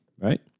right